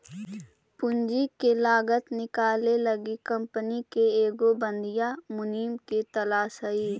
पूंजी के लागत निकाले लागी कंपनी के एगो बधियाँ मुनीम के तलास हई